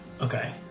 okay